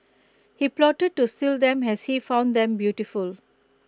he plotted to steal them as he found them beautiful